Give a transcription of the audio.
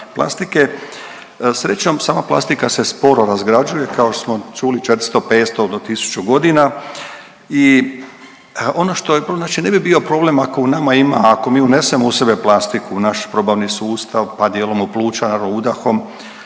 plastike, srećom sama plastika se sporo razgrađuje kao što smo čuli 400, 500 do 1000 godina. I ono što je, znači ne bi bio problem ako u nama ima, ako mi unesemo u sebe plastiku u naš probavni sustav, pa dijelom u pluća jel udahom